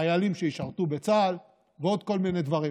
חיילים שישרתו בצה"ל ועוד כל מיני דברים.